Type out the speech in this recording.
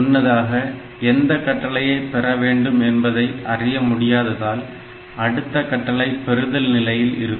முன்னதாக எந்த கட்டளையை பெறவேண்டும் என்பதை அறிய முடியாததால் அடுத்த கட்டளை பெறுதல் நிலையில் இருக்கும்